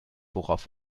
worauf